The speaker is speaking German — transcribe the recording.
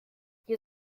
hier